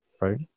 Right